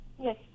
Yes